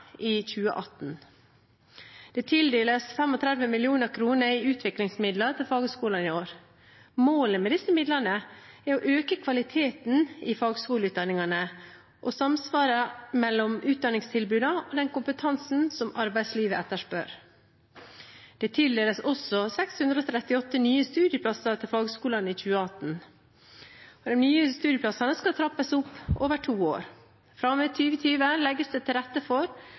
i 2018. Det tildeles 35 mill. kr i utviklingsmidler til fagskolene i år. Målet med disse midlene er å øke kvaliteten i fagskoleutdanningene og samsvaret mellom utdanningstilbudene og den kompetansen som arbeidslivet etterspør. Det tildeles også 638 nye studieplasser til fagskolene i 2018. De nye studieplassene skal trappes opp over to år. Fra og med 2020 legges det til rette for